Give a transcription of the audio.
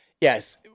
Yes